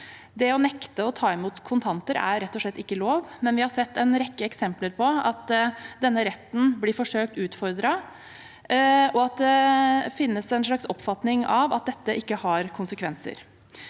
Det å nekte å ta imot kontanter er rett og slett ikke lov, men vi har sett en rekke eksempler på at denne retten blir forsøkt utfordret, og at det finnes en slags oppfatning av at dette ikke har konsekvenser.